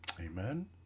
Amen